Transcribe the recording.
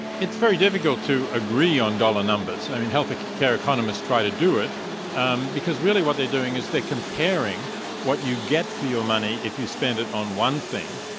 it's very difficult to agree on dollar numbers. i mean, healthcare economists try to do it um because really what they're doing is they're comparing what you get for your money if you spend it on one thing,